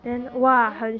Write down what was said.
then but then